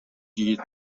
die